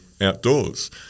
outdoors